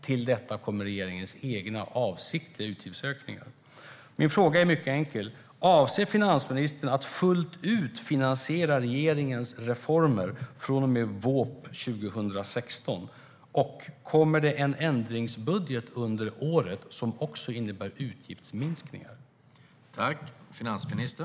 Till detta kommer regeringens egna avsiktliga utgiftsökningar. Min fråga är mycket enkel: Avser finansministern att fullt ut finansiera regeringens reformer från och med vårpropositionen 2016, och kommer det en ändringsbudget under året som också innebär utgiftsminskningar?